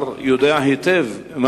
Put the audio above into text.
יודע היטב מה